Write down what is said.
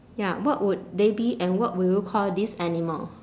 ya what would they be and what will you call this animal